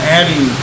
adding